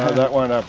that won't